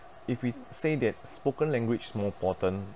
if we say that spoken language more important